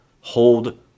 hold